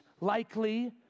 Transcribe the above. likely